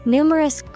Numerous